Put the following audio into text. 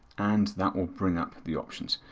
and that will bring up the options.